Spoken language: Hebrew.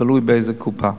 תלוי באיזה קופה.